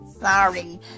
Sorry